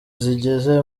zigeze